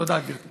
תודה, גברתי.